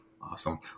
Awesome